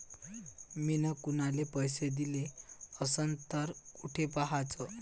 मिन कुनाले पैसे दिले असन तर कुठ पाहाचं?